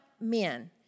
men